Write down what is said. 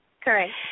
Correct